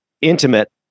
intimate